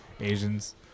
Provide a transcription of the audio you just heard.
Asians